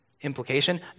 Implication